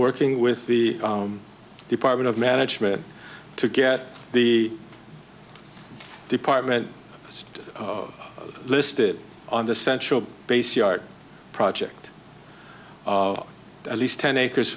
working with the department of management to get the department of listed on the central base yard project at least ten acres